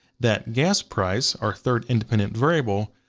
that gas price, our third independent variable,